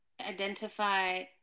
identify